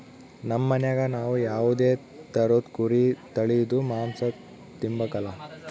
ನಮ್ ಮನ್ಯಾಗ ನಾವ್ ಯಾವ್ದೇ ತರುದ್ ಕುರಿ ತಳೀದು ಮಾಂಸ ತಿಂಬಕಲ